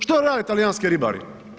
Što rade talijanski ribari?